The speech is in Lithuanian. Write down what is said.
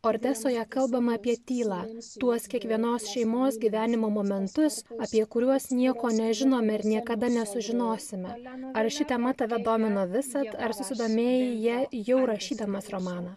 ordesoje kalbama apie tylą tuos kiekvienos šeimos gyvenimo momentus apie kuriuos nieko nežinome ir niekada nesužinosime ar ši tema tave domino visad ar susidomėjai ja jau rašydamas romaną